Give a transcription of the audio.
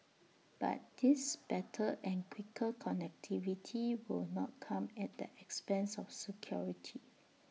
but this better and quicker connectivity will not come at the expense of security